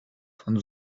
von